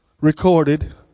recorded